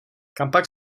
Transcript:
kampak